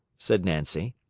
said nancy.